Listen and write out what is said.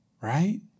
right